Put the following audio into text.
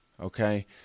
Okay